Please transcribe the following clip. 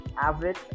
average